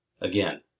Again